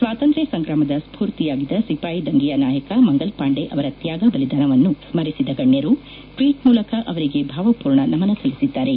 ಸ್ವಾತಂತ್ರ್ ಸಂಗ್ರಾಮದ ಸ್ವೊರ್ತಿಯಾಗಿದ್ದ ಸಿಪಾಯಿ ದಂಗೆಯ ನಾಯಕ ಮಂಗಲ್ ಪಾಂಡೆ ಅವರ ತ್ಯಾಗ ಬಲಿದಾನವನ್ನು ಸ್ಮರಿಸಿದ ಗಣ್ಯರು ಟ್ವೀಟ್ ಮೂಲಕ ಅವರಿಗೆ ಭಾವಪೂರ್ಣ ನಮನ ಸಲ್ಲಿಸಿದ್ದಾರೆ